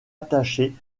rattachés